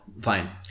fine